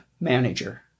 manager